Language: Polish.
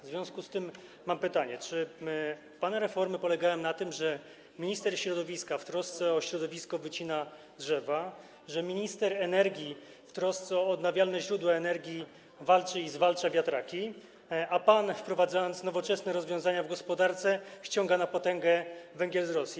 W związku z tym mam pytanie: Czy pana reformy polegają na tym, że minister środowiska w trosce o środowisko wycina drzewa, że minister energii w trosce o odnawialne źródła energii zwalcza wiatraki, a pan, wprowadzając nowoczesne rozwiązania w gospodarce, ściąga na potęgę węgiel z Rosji?